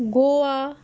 Goa